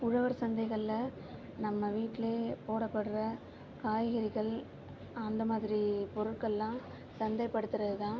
உழவர் சந்தைகள்ல நம்ம வீட்டிலே போடப்படுற காய்கறிகள் அந்த மாதிரி பொருட்களெலாம் சந்தைப்படுத்துவது தான்